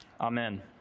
Amen